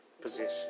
position